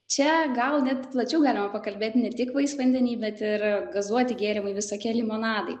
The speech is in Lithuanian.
čia gal net plačiau galima pakalbėti ne tik vaisvandeniai bet ir gazuoti gėrimai visokie limonadai